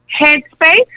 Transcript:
headspace